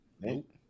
Nope